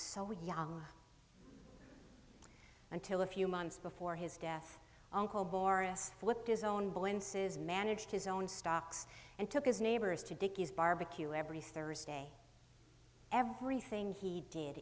so young until a few months before his death uncle boris flipped his own balances manage his own stocks and took his neighbors to dicky's barbecue every thursday everything he did